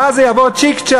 ואז זה יבוא צ'יק-צ'ק.